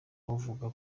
buvuga